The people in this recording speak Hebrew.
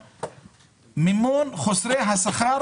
כאן מוסד בביקורת שהסתבר שלא שילם שכר